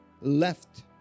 left